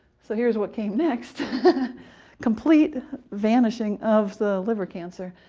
so here's what came next complete vanishing of the liver cancer.